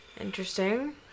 Interesting